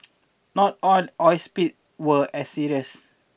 not all oil speak were as serious